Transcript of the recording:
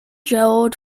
gerald